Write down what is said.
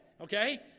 okay